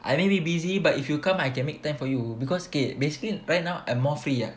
I really busy but if you come I can make time for you because K basically right now I'm more free ah